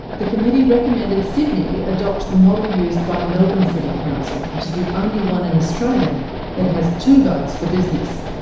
the committee recommended sydney adopt the model used by melbourne city council, which is the only one in australia that has two votes for business.